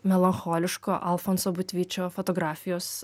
melancholiško alfonso budvyčio fotografijos